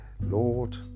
Lord